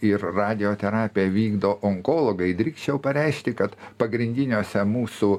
ir radioterapiją vykdo onkologai drįsčiau pareikšti kad pagrindiniuose mūsų